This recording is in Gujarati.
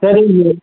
સર એ જ